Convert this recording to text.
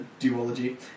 duology